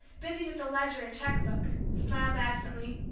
busy with a ledger and cheque-book, smiled absently,